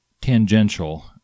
tangential